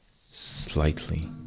slightly